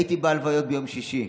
הייתי בהלוויות ביום שישי,